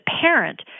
parent